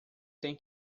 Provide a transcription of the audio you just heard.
tem